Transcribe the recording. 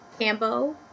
Cambo